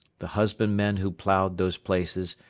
the husbandmen who ploughed those places,